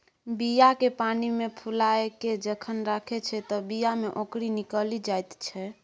बीया केँ पानिमे फुलाए केँ जखन राखै छै तए बीया मे औंकरी निकलि जाइत छै